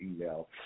email